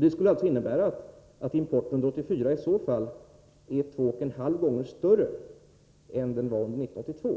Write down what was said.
Det skulle i så fall innebära att 17 importen under 1984 är två och en halv gånger större än den var 1982.